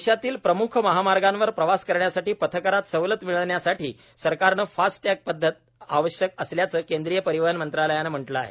देशातील प्रमुख महामार्गावर प्रवास करण्यासाठी पथकरात सवलत मिळण्यासाठी सरकारनं फास्टटॅग पदधत आवश्यक असल्याच केंद्रीय परिवहन मंत्रालयाने म्हटलं आहे